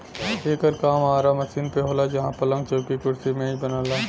एकर काम आरा मशीन पे होला जहां पलंग, चौकी, कुर्सी मेज बनला